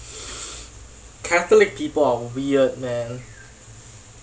catholic people are weird man